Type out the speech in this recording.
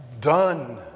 done